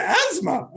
asthma